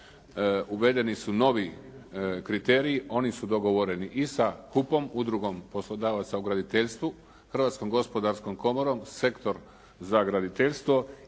Uvedeni su novi kriteriji, oni su dogovoreni i sa …/Govornik se ne razumije./… Udrugom poslodavaca u graditeljstvu, Hrvatskom gospodarskom komorom, sektor za graditeljstvo